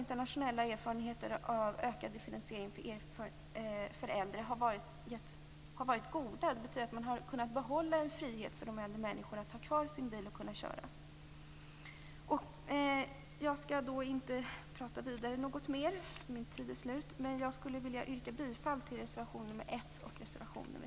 Internationella erfarenheter av ökad differentiering för äldre har också varit goda. Det betyder att man har kunnat behålla en frihet för äldre människor att ha kvar sin bil och kunna köra. Jag vill yrka bifall till reservationerna nr 2 och nr